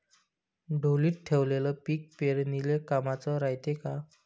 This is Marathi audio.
ढोलीत ठेवलेलं पीक पेरनीले कामाचं रायते का?